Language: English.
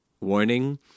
warning